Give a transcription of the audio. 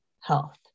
health